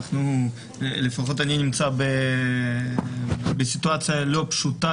לפחות אני נמצא בסיטואציה לא פשוטה,